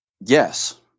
yes